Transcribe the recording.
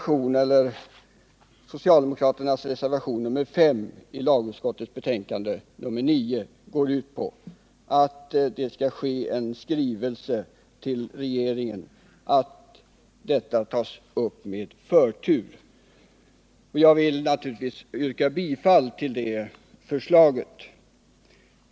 I socialdemokraternas reservation nr 5 till lagutskottets betänkande föreslås att en skrivelse skall avges till regeringen om att detta ärende tas upp med förtur. Jag vill naturligtvis yrka bifall till detta förslag.